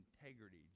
integrity